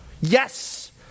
Yes